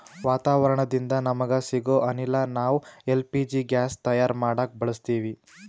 ವಾತಾವರಣದಿಂದ ನಮಗ ಸಿಗೊ ಅನಿಲ ನಾವ್ ಎಲ್ ಪಿ ಜಿ ಗ್ಯಾಸ್ ತಯಾರ್ ಮಾಡಕ್ ಬಳಸತ್ತೀವಿ